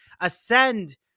ascend